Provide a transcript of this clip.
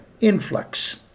influx